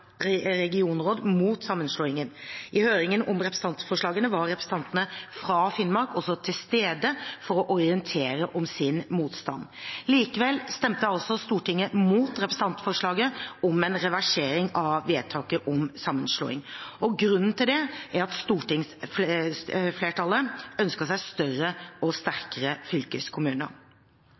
regionråd og Øst-Finnmark regionråd mot sammenslåingen. I høringen om representantforslagene var representanter fra Finnmark til stede for å orientere om sin motstand. Likevel stemte Stortinget mot representantforslaget om en reversering av vedtaket om sammenslåing. Grunnen til det er at stortingsflertallet ønsker seg større og sterkere fylkeskommuner.